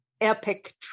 epic